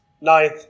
Ninth